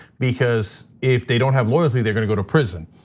because if they don't have loyalty, they're gonna go to prison.